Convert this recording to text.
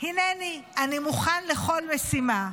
הינני, אני מוכן לכל משימה.